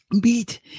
beat